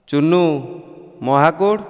Chunu Mahakud